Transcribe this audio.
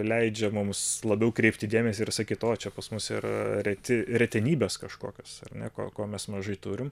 leidžia mums labiau kreipti dėmesį ir sakyt o čia pas mus ir reti retenybės kažkokios ar ne ko ko mes mažai turim